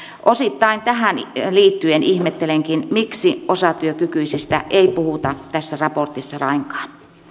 osittain tähän liittyen ihmettelenkin miksi osatyökykyisistä ei puhuta tässä raportissa lainkaan